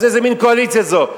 אז איזה מין קואליציה זאת?